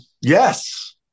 yes